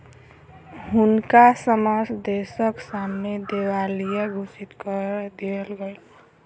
हुनका समस्त देसक सामने दिवालिया घोषित कय देल गेल